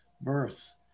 birth